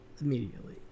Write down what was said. immediately